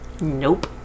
Nope